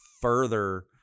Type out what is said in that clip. further